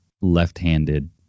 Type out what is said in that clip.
left-handed